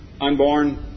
unborn